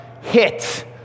hit